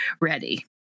ready